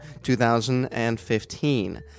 2015